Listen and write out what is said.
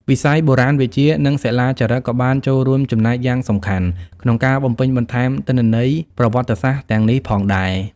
វិស័យបុរាណវិទ្យា និងសិលាចារឹកក៏បានចូលរួមចំណែកយ៉ាងសំខាន់ក្នុងការបំពេញបន្ថែមទិន្នន័យប្រវត្តិសាស្ត្រទាំងនេះផងដែរ។